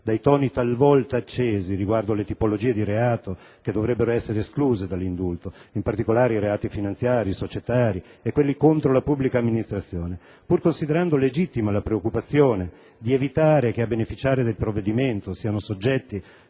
dai toni talvolta accesi riguardo le tipologie di reato che dovrebbero essere escluse dall'indulto, in particolare i reati finanziari, societari e quelli contro la pubblica amministrazione. Pur considerando legittima la preoccupazione di evitare che a beneficiare del provvedimento siano soggetti